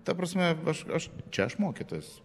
ta prasme aš aš čia aš mokytojas